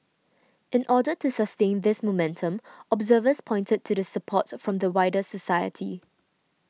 in order to sustain this momentum observers pointed to the support from the wider society